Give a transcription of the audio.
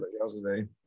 yesterday